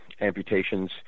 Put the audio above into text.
amputations